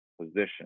position